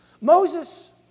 Moses